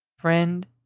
Friend